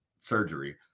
surgery